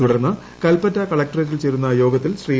തുടർന്ന് കൽപ്പറ്റ കളക്ട്രേറ്റിൽ ചേരുന്ന യോഗത്തിൽ ശ്രീ